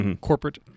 corporate